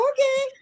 Okay